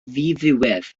ddiddiwedd